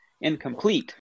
incomplete